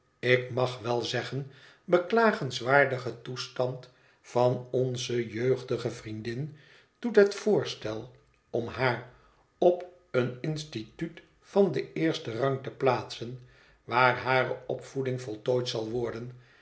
ik mag wel zeggen beklagenswaardigen toestand van onze jeugdige vriendin doet het voorstel om haar op een instituut van den eersten rang te plaatsen waar hare opvoeding voltooid zal worden